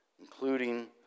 including